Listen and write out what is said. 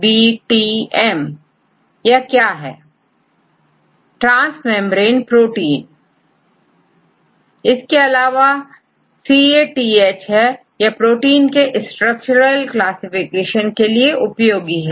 student transmembrane protein database transmembrane protein इसके अलावाCATH है इसके अलावाSCOP प्रोटीन के स्ट्रक्चरल क्लासिफिकेशन के लिए उपयोगी है